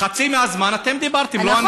חצי מהזמן אתם דיברתם, לא אני.